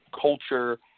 culture